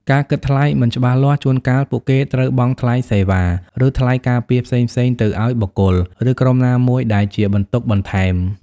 ការគិតថ្លៃមិនច្បាស់លាស់ ជួនកាលពួកគេត្រូវបង់ថ្លៃសេវា ឬ ថ្លៃការពារផ្សេងៗទៅឱ្យបុគ្គល ឬក្រុមណាមួយ ដែលជាបន្ទុកបន្ថែម ។